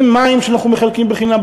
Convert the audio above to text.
עם בקבוקי מים שאנחנו מחלקים בחינם,